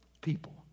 people